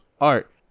art